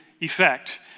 effect